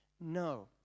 No